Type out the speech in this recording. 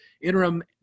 Interim